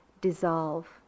dissolve